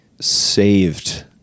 saved